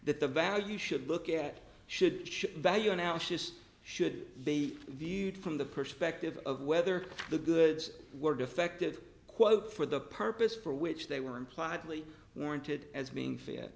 the value should look at should value analysis should be viewed from the perspective of whether the goods were defective quote for the purpose for which they were implied lee warranted as being f